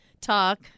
talk